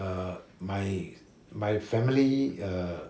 uh my my family err